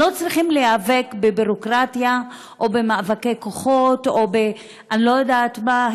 הם לא צריכים להיאבק בביורוקרטיה או מאבקי כוחות או אני לא יודעת מה,